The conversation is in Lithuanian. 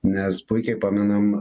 nes puikiai pamenam